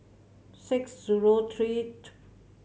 six zero three